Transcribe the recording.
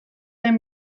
den